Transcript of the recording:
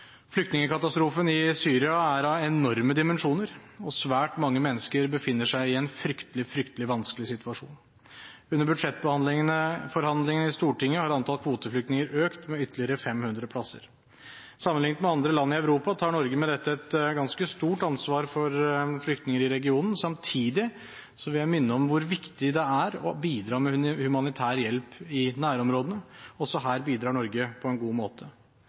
Flyktningekatastrofen i Syria er av enorme dimensjoner, og svært mange mennesker befinner seg i en fryktelig vanskelig situasjon. Under budsjettforhandlingene i Stortinget har antall kvoteflyktninger økt med ytterligere 500 plasser. Sammenliknet med andre land i Europa tar Norge med dette et ganske stort ansvar for flyktninger i regionen. Samtidig vil jeg minne om hvor viktig det er å bidra med humanitær hjelp i nærområdene. Også her bidrar Norge på en god måte.